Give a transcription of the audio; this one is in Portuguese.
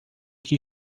que